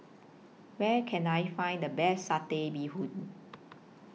Where Can I Find The Best Satay Bee Hoon